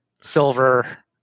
silver